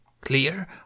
Clear